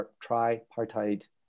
tripartite